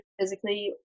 physically